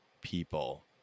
people